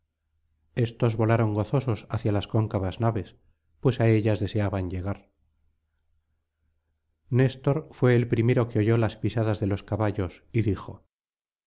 éstos volaron gozosos hacia las cóncavas naves pues á ellas deseaban llegar néstor fué el primero que oyó las pisadas de los caballos y dijo